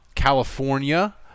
California